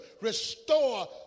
restore